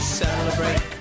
celebrate